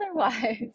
otherwise